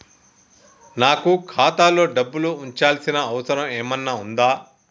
నాకు ఖాతాలో డబ్బులు ఉంచాల్సిన అవసరం ఏమన్నా ఉందా?